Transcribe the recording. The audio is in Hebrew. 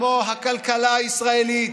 כמו הכלכלה הישראלית,